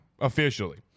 officially